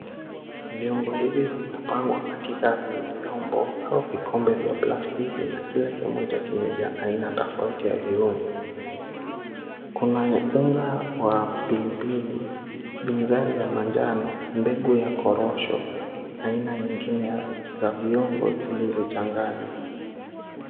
Viungo hivi vimepangwa katika vyombo au vikombe vya plastiki na kila kimoja kimejaa aina tofauti ya viungo. Kuna unga wa pilipili, binzari ya manjano, mbegu ya korosho, aina zingine za viungo zilizochanganywa.